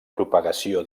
propagació